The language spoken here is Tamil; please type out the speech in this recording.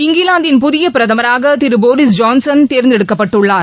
இங்கிலாந்தின் புதிய பிரதமராக திரு போரிஸ் ஜான்சன் தேர்ந்தெடுக்கப்பட்டுள்ளார்